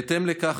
בהתאם לכך,